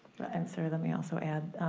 and sorry let me also add,